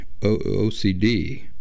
OCD